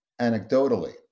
anecdotally